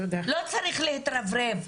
לא צריך להתרברב.